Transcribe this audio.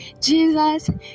Jesus